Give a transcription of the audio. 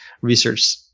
research